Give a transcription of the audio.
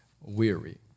weary